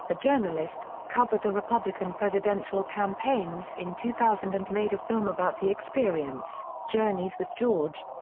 a journalist, covered the republican presidential campaigns in two thousand and made a film about the experience, journeys with george.